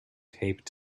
taped